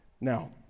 Now